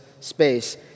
space